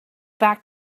back